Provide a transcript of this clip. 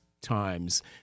times